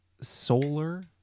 solar